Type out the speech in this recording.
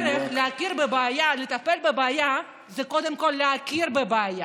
שהדרך לטפל בבעיה זה קודם כול להכיר בבעיה.